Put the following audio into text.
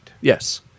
Yes